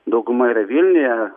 dauguma yra vilniuje